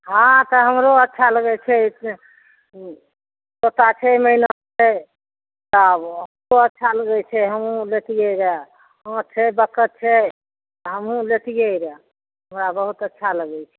हँ तऽ हमरो अच्छा लगै छै इसलिए हूँ तोता छै मैना छै तब हमरो अच्छा लगै छै हमहुँ लेतियै रऽ हँ छै बतख छै हँ हमहुँ लेतियै रऽ हमरा बहुत अच्छा लगै छै